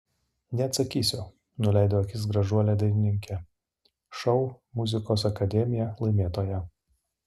neatsakysiu nuleido akis gražuolė dainininkė šou muzikos akademija laimėtoja